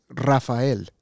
Rafael